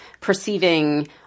perceiving